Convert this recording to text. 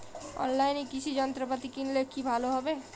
অনলাইনে কৃষি যন্ত্রপাতি কিনলে কি ভালো হবে?